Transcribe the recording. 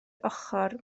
ochr